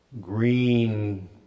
green